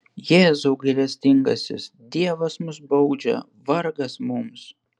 jėzau gailestingasis dievas mus baudžia vargas mums